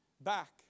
back